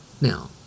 Now